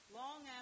long